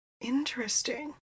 Interesting